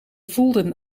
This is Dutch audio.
voelden